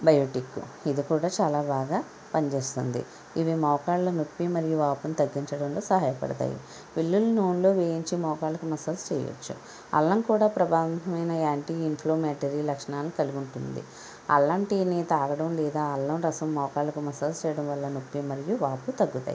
Biotique ఇది కూడా చాలా బాగా పనిచేస్తుంది ఇవి మోకాల నొప్పి మరియు వాపును తగ్గించడంలో సహాయపడతాయి వెల్లులను నూనెలో వేయించి మోకాళ్ళకి మసాజ్ చేయవచ్చు అల్లం కూడా ప్రభావవంతమైన యాంటీ ఇన్ఫ్లోమేటరీ లక్షణాలను కలిగి ఉంటుంది అల్లం టీలని తాగడం లేదా అల్లం రసం మోకాళ్ళకు మసాజ్ చేయడం వల్ల నొప్పి మరియు వాపు తగ్గుతాయి